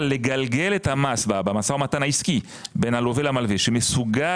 לגלגל את המס במשא ומתן העסקי בין הלווה למלווה שמסוגל